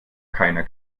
keiner